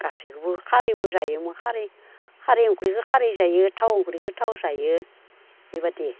गासैखोबो खारैबो जायोमोन खारै खारै ओंख्रिखो खारै जायो थाव ओंख्रिखो थाव जायो बेबादि